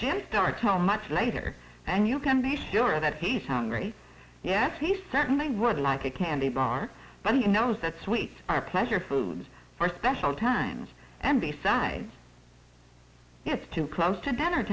jumpstart so much later and you can be sure that he's hungry yes he certainly would like a candy bar but he knows that sweets are pleasure foods for special times and besides it's too close to